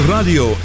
Radio